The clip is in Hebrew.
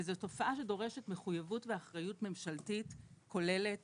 וזו תופעה שדורשת מחויבות ואחריות ממשלתית כוללת